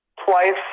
twice